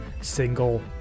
single